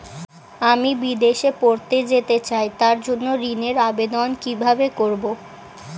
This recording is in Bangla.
আমি বিদেশে পড়তে যেতে চাই তার জন্য ঋণের আবেদন কিভাবে করব?